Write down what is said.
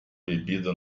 bebida